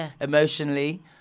emotionally